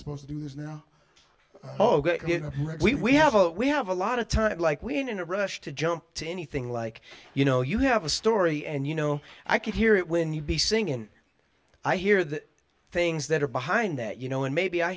supposed to do is now ok we have we have a lot of time like we're in a rush to jump to anything like you know you have a story and you know i can hear it when you be saying and i hear the things that are behind that you know and maybe i